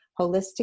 holistic